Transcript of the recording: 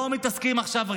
לא מתעסקים עכשיו,